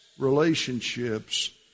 relationships